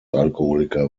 alkoholiker